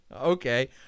okay